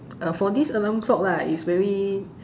uh for this alarm clock lah it's very